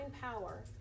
power